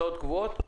קבועות?